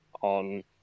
on